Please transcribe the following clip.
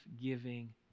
giving